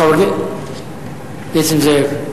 חבר הכנסת זאב?